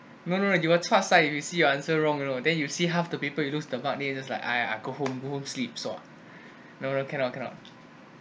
no no you were chua sai you see your answer wrong you know then you see half the paper you do then you just like !aiya! I go home go home sleep so ah no no cannot cannot